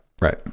right